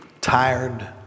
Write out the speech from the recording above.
tired